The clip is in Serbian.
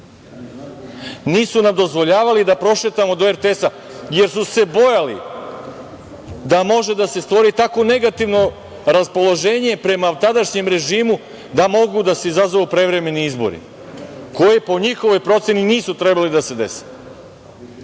Nisu nam dozvoljavali da prošetamo do RTS-a jer su se bojali da može da se stvori tako negativno raspoloženje prema tadašnjem režimu da mogu da se izazovu prevremeni izbori, koji po njihovoj proceni nisu trebali da se dese